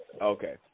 Okay